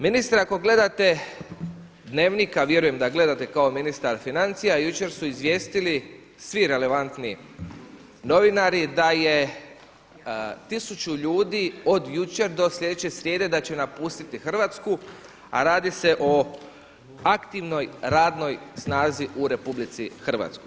Ministre, ako gledate Dnevnik, a vjerujem da gledate kao ministar financija, jučer su izvijestili svi relevantni novinari da je tisuću ljudi od jučer do sljedeće srijede da će napustiti Hrvatsku, a radi se o aktivnoj radnoj snazi u RH.